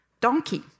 donkey